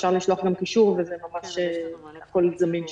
אפשר לשלוח גם קישור והכל זמין שם.